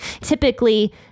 typically